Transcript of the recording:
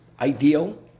ideal